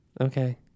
okay